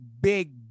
big